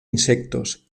insectos